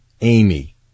Amy